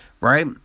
right